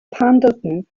pendleton